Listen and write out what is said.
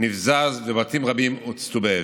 נבזז ובתים רבים הוצתו באש.